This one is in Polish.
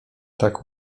tak